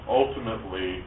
ultimately